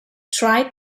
tried